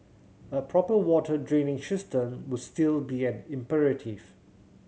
a proper water drainage system would still be an imperative